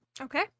Okay